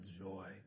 joy